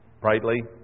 brightly